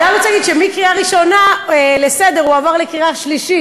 אני רק רוצה להגיד שמקריאה ראשונה לסדר הוא עבר לקריאה שלישית,